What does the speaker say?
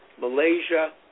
Malaysia